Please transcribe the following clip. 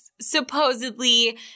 supposedly